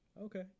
Okay